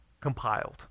compiled